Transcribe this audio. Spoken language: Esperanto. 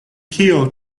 kio